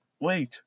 Wait